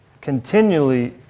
continually